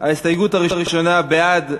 בעד,